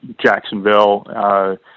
Jacksonville